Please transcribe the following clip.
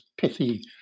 pithy